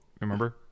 remember